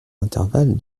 intervalle